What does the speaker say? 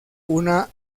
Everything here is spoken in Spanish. una